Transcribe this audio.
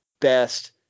best